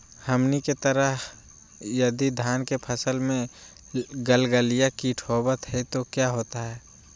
हमनी के तरह यदि धान के फसल में गलगलिया किट होबत है तो क्या होता ह?